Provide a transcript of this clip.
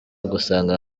ugusanga